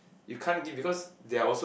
you can't give because they are also